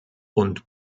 und